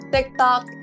TikTok